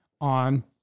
on